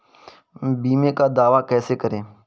बीमे का दावा कैसे करें?